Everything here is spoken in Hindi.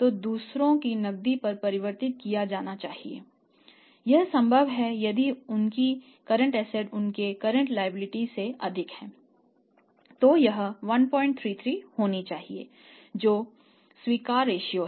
तो यह 133 होना चाहिए जो स्वीकार्य रेश्यो